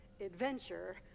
adventure